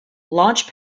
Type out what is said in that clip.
launch